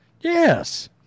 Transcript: Yes